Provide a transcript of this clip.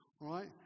right